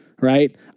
right